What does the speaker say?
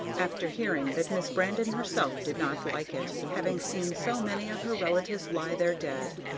after hearing that miss brandon herself did not like it, having seen so many of her relatives lie there dead.